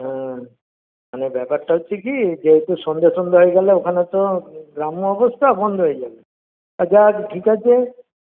হ্যাঁ মানে ব্যাপারটা হচ্ছে কি যে একটু সন্ধ্যে সন্ধ্যে হয়ে গেলে ওখানে তো গ্রাম্য অবস্থা বন্ধ হয়ে যাবে যাক ঠিক আছে